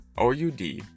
OUD